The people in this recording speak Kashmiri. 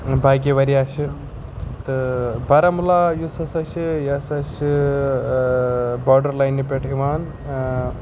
باقٕے واریاہ چھِ تہٕ بارہمولہ یُس ہَسا چھِ یہِ ہَسا چھِ باڈر لاینہِ پٮ۪ٹھ یِوان